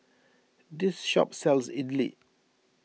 this shop sells Idili